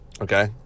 Okay